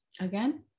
Again